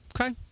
Okay